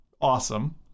awesome